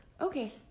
okay